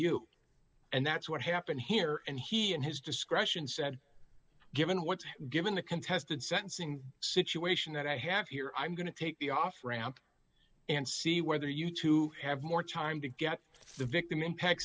you and that's what happened here and he and his discretion said given what's given the contested sentencing situation that i have here i'm going to take the off ramp and see whether you two have more time to get the victim impact